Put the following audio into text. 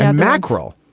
ah mackerel.